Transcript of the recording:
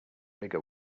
bigger